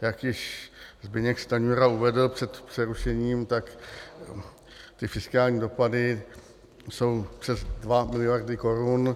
Jak již Zbyněk Stanjura uvedl před přerušením, tak fiskální dopady jsou přes 2 miliardy korun.